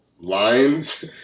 lines